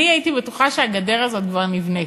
אני הייתי בטוחה שהגדר הזו כבר נבנית,